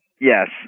Yes